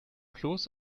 bloß